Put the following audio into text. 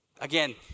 Again